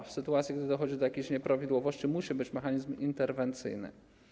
W sytuacji gdy dochodzi do jakichś nieprawidłowości, musi być mechanizm interwencyjny.